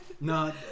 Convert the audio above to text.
no